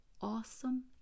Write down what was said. awesome